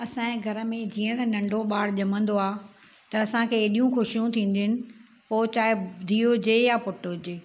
असांजे घर में जीअं त नंढो ॿारु ॼमंदो थे त असांखे एॾियूं खुशियूं थींदियूं आहिनि पोइ चाहे धीउ हुजे या पुटु हुजे